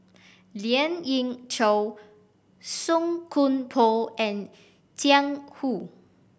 Lien Ying Chow Song Koon Poh and Jiang Hu